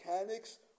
mechanics